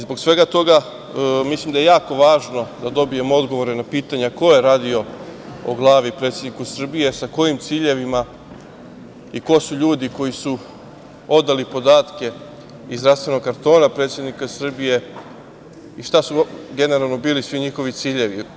Zbog svega toga, mislim da je jako važno da dobijemo odgovore na pitanja ko je radio o glavi predsedniku Srbije, sa kojim ciljevima, ko su ljudi koji su odali podatke iz zdravstvenog kartona predsednika Srbije i šta su generalno bili svi njihovi ciljevi?